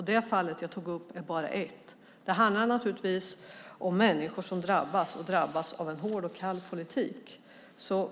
Det fall jag tog upp är bara ett. Det handlar om människor som drabbas av en hård och kall politik.